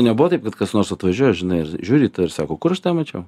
nebuvo taip kad kas nors atvažiuoja žinai ir žiūri į tave ir sako kur aš tave mačiau